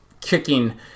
kicking